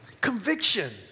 Conviction